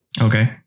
Okay